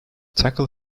tackle